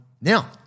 Now